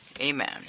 amen